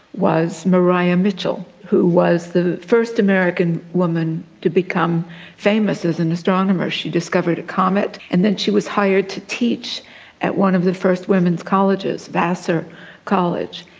was maria mitchell, who was the first american woman to become famous as an astronomer. she discovered a comet and then she was hired to teach at one of the first women's colleges, vassar college,